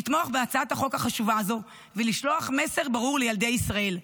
לתמוך בהצעת החוק החשובה הזו ולשלוח מסר ברור לילדי ישראל: